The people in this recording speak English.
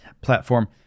platform